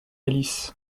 alice